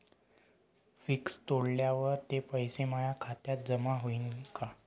Fix तोडल्यावर ते पैसे माया खात्यात जमा होईनं का?